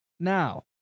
Now